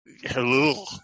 Hello